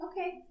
Okay